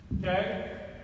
Okay